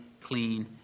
clean